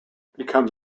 becomes